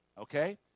okay